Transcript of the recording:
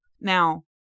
now